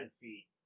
feet